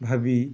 ଭାବି